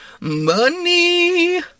Money